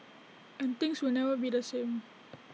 and things will never be the same